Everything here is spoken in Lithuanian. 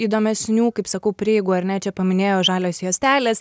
įdomesnių kaip sakau prieigų ar ne čia paminėjo žalios juostelės